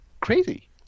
crazy